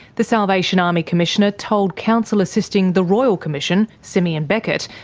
the salvation army commissioner told counsel assisting the royal commission, simeon beckett,